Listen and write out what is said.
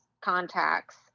contacts